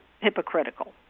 hypocritical